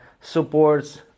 supports